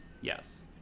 Yes